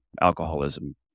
alcoholism